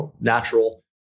natural